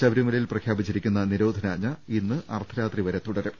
ശബരിമലയിൽ പ്രഖ്യാപിച്ചിരിക്കുന്ന നിരോധനാജ്ഞ ഇന്ന് അർദ്ധ രാത്രി വരെ തുടരും